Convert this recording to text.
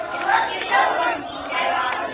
and love your show, mindy and guy raz.